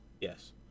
Yes